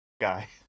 guy